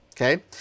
Okay